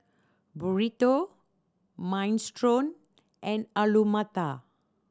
Burrito Minestrone and Alu Matar